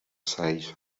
size